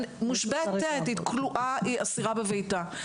היא מושבתת, כלואה, אסירה בביתה.